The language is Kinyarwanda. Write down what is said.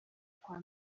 kwa